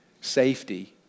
Safety